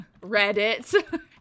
Reddit